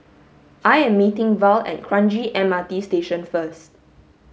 I am meeting Val at Kranji M R T Station first